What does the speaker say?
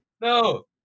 No